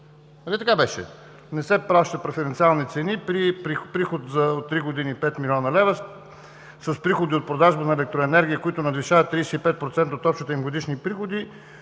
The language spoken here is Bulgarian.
така беше? „Не се плащат преференциални цени при приход за три години от 5 млн. лв., с приходи от продажба на електроенергия, които надвишават 35% от общите им годишни приходи,